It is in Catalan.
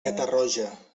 catarroja